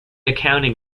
accounting